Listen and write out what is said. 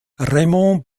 raymond